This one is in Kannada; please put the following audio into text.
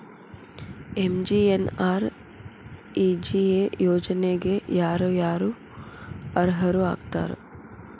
ಎಂ.ಜಿ.ಎನ್.ಆರ್.ಇ.ಜಿ.ಎ ಯೋಜನೆಗೆ ಯಾರ ಯಾರು ಅರ್ಹರು ಆಗ್ತಾರ?